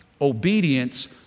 Obedience